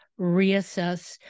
reassess